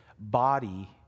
body